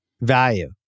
value